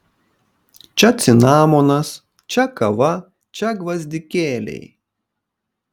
čia cinamonas čia kava čia gvazdikėliai